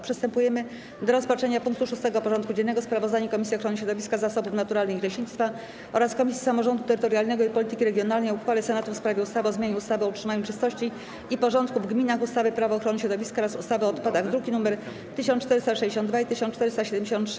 Przystępujemy do rozpatrzenia punktu 6. porządku dziennego: Sprawozdanie Komisji Ochrony Środowiska, Zasobów Naturalnych i Leśnictwa oraz Komisji Samorządu Terytorialnego i Polityki Regionalnej o uchwale Senatu w sprawie ustawy o zmianie ustawy o utrzymaniu czystości i porządku w gminach, ustawy - Prawo ochrony środowiska oraz ustawy o odpadach (druki nr 1462 i 1473)